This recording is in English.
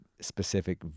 specific